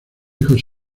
hijos